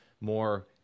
more